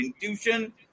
intuition